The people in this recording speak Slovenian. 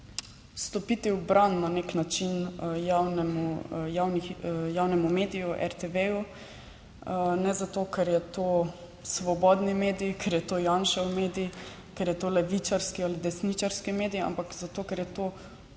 stopiti v bran na nek način javnemu mediju RTV. Ne zato, ker je to svobodni medij, ker je to Janšev medij, ker je to levičarski ali desničarski medij, ampak zato, ker je to